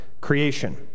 creation